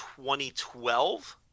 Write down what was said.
2012